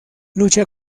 lucha